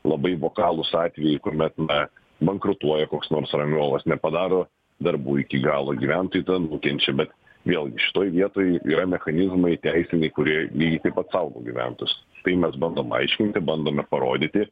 labai vokalūs atvejai kuomet na bankrutuoja koks nors rangovas nepadaro darbų iki galo gyventojai nukenčia bet vėlgi šitoj vietoj yra mechanizmai teisiniai kurie lygiai taip pat saugo gyventus tai mes bandom aiškinti bandome parodyti